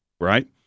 right